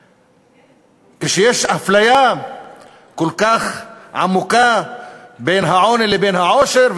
כשיש אפליה כל כך עמוקה בין העוני לבין העושר,